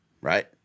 right